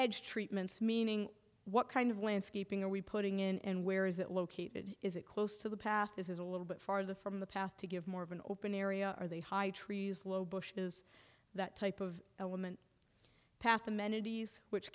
edge treatments meaning what kind of landscaping are we putting in and where is it located is it close to the path this is a little bit farther from the path to give more of an open area are they high trees low bush has that type of element path amenities which